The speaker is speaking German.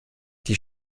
die